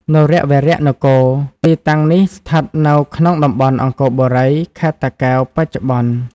នរវរនគរ ទីតាំងនេះស្ថិតនៅក្នុងតំបន់ អង្គរបុរី ខេត្តតាកែវ បច្ចុប្បន្ន។